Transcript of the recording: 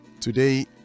Today